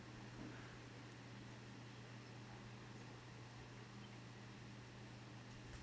what